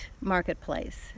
marketplace